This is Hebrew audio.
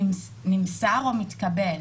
נמסר או מתקבל?